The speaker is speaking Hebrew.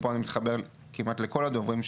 ופה אני מתחבר כמעט לכל הדוברים,